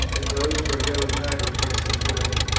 and those where yellow tiber takes his way,